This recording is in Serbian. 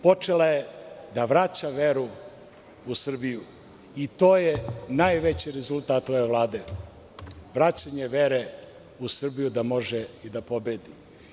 Počela je da vraća veru u Srbiju i to je najveći rezultat ove Vlade, vraćanje vere u Srbiju da može i da pobedi.